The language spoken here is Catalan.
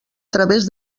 través